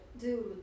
Dude